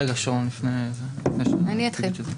אני אתחיל.